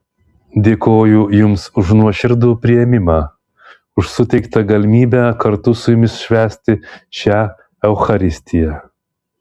dėkoju jums už nuoširdų priėmimą už suteiktą galimybę kartu su jumis švęsti šią eucharistiją